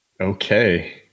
Okay